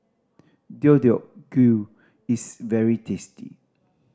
Deodeok Gui is very tasty